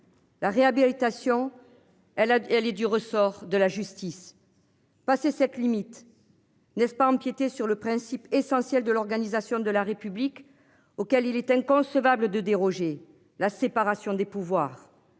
La réhabilitation. Elle a, elle est du ressort de la justice. Passée cette limite. N'est-ce pas empiéter sur le principe essentiel de l'organisation de la République auquel il est inconcevable de déroger. La séparation des pouvoirs